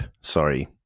Sorry